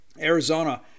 Arizona